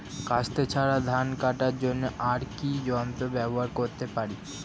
কাস্তে ছাড়া ধান কাটার জন্য আর কি যন্ত্র ব্যবহার করতে পারি?